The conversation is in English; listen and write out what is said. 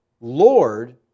Lord